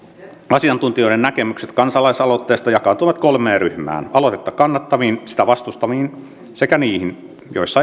asiantuntijoiden näkemykset kansalaisaloitteesta jakaantuivat kolmeen ryhmään aloitetta kannattaviin ja sitä vastustaviin sekä niihin joissa